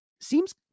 seems